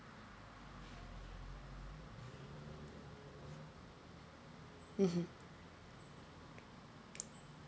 mm mm